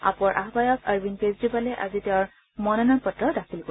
আপৰ আহায়ক অৰবিন্দ কেজৰিৱালে আজি তেওঁৰ মনোনয়ন পত্ৰ দাখিল কৰিব